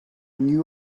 new